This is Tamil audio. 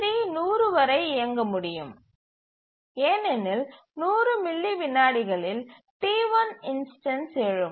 T3 100 வரை இயக்க முடியும் ஏனெனில் 100 மில்லி விநாடிகளில் T1 இன்ஸ்டன்ஸ் எழும்